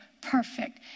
perfect